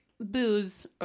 booze